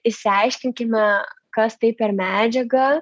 išsiaiškinkime kas tai per medžiaga